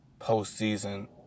postseason